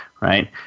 right